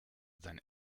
sein